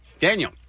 Daniel